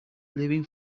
living